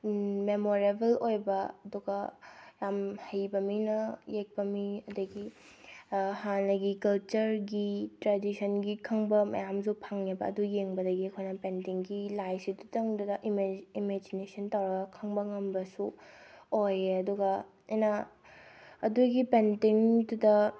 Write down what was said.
memorable ꯑꯣꯏꯕ ꯑꯗꯨꯒ ꯌꯥꯝ ꯍꯩꯕ ꯃꯤꯅ ꯌꯦꯛꯄ ꯃꯤ ꯑꯗꯨꯗꯒꯤ ꯍꯥꯟꯅꯒꯤ ꯀꯜꯆꯔꯒꯤ ꯇ꯭ꯔꯦꯗꯤꯁꯟꯒꯤ ꯈꯪꯕ ꯃꯌꯥꯝꯁꯨ ꯐꯪꯉꯦꯕ ꯑꯗꯨ ꯌꯦꯡꯕꯗꯒꯤ ꯑꯩꯈꯣꯏꯅ ꯄꯦꯟꯇꯤꯡꯒꯤ ꯂꯥꯏꯁꯤꯗꯨꯇꯪꯗꯨꯗ ꯏꯃꯦꯖꯤꯅꯦꯁꯟ ꯇꯧꯔꯒ ꯈꯪꯕ ꯉꯝꯕꯁꯨ ꯑꯣꯏꯑꯦ ꯑꯗꯨꯒ ꯑꯩꯅ ꯑꯗꯨꯒꯤ ꯄꯦꯟꯇꯤꯡꯗꯨꯗ